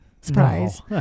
Surprise